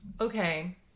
okay